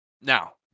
now